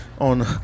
on